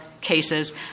cases